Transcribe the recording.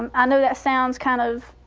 um i know that sounds kind of